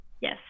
Yes